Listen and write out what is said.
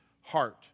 heart